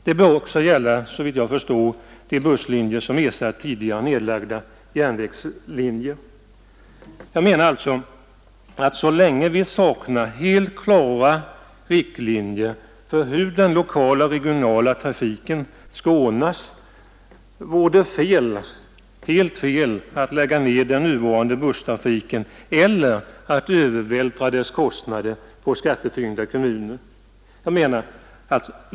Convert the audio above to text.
Det torde också gälla de busslinjer som ersatt tidigare nedlagda järnvägslinjer. Jag menar alltså att det, så länge vi saknar helt klara riktlinjer för hur den lokala regionala trafiken skall ordnas, vore helt fel att lägga ned den nuvarande busstrafiken eller att övervältra dess kostnader på skattetyngda kommuner.